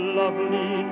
lovely